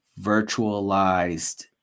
virtualized